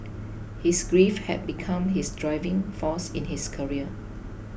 his grief had become his driving force in his career